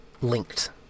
linked